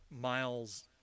Miles